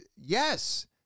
Yes